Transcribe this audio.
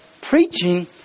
preaching